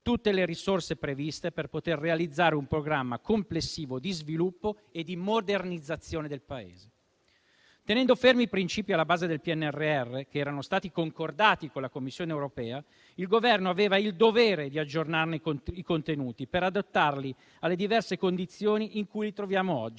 tutte le risorse previste per realizzare un programma complessivo di sviluppo e di modernizzazione del Paese. Tenendo fermi i principi alla base del PNRR, che erano stati concordati con la Commissione europea, il Governo aveva il dovere di aggiornarne i contenuti, per adattarli alle diverse condizioni in cui ci troviamo oggi: